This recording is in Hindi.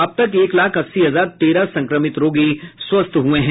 अब तक एक लाख अस्सी हजार तेरह संक्रमित रोगी स्वस्थ हो चुके हैं